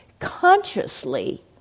Consciously